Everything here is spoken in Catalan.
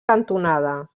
cantonada